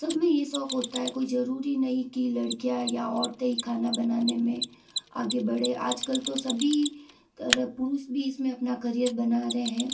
सब में ये शौक होता है कोई ज़रूरी नहीं कि लड़कियाँ या औरतें ही खाना बनाने में आगे बढे़ं आजकल तो सभी तरह पुरुष भी इसमें अपना करियर बना रहें हैं